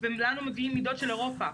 ולנו מביאים מידות של אירופה.